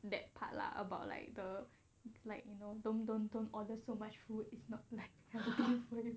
that part lah about like the like you know don't don't don't order so much food is not like everything waived